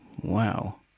Wow